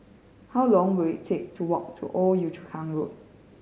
how long will it take to walk to Old Yio Chu Kang Road